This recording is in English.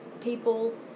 people